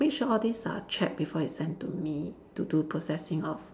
make sure all these are check before you send to me to do processing of